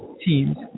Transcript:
teams